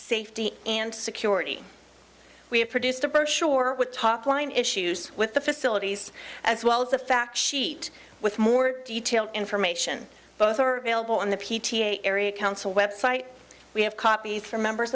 safety and security we have produced a brochure with top line issues with the facilities as well as the fact sheet with more detailed information both mailable and the p t a area council website we have copies for members